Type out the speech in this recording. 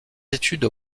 études